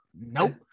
nope